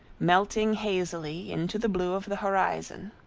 melting hazily into the blue of the horizon.